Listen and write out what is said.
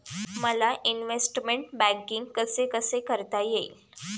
मला investment banking कसे कसे करता येईल?